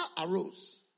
arose